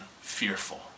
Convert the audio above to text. fearful